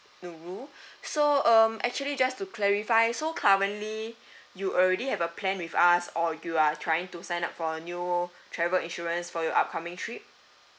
nurul so um actually just to clarify so currently you already have a plan with us or you are trying to sign up for new travel insurance for your upcoming trip